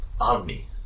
army